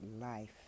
life